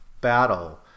battle